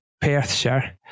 Perthshire